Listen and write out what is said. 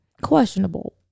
questionable